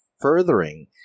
furthering